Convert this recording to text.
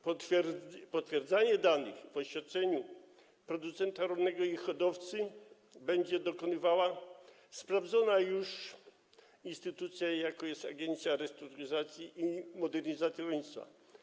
Potwierdzania danych w oświadczeniu producenta rolnego i hodowcy będzie dokonywała sprawdzona już instytucja, jaką jest Agencja Restrukturyzacji i Modernizacji Rolnictwa.